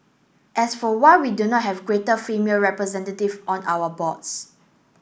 as for why we don't have greater female representation on our boards